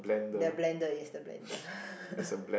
the blender yes the blender